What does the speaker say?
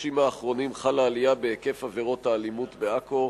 בחודשים האחרונים גדל היקף עבירות האלימות בעכו.